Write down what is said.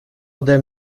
ode